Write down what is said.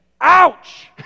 Ouch